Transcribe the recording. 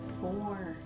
four